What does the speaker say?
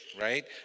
right